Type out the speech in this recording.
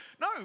No